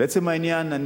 לעצם העניין,